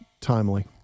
timely